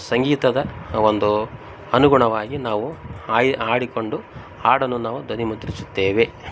ಸಂಗೀತದ ಒಂದು ಅನುಗುಣವಾಗಿ ನಾವು ಆಯ್ ಹಾಡಿಕೊಂಡು ಹಾಡನ್ನು ನಾವು ಧ್ವನಿಮುದ್ರಿಸುತ್ತೇವೆ